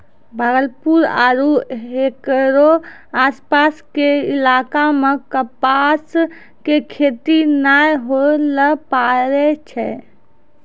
भागलपुर आरो हेकरो आसपास के इलाका मॅ कपास के खेती नाय होय ल पारै छै